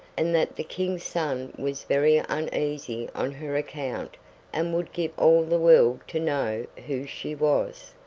and that the king's son was very uneasy on her account and would give all the world to know who she was.